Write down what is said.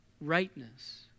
rightness